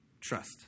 trust